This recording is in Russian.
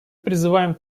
призываем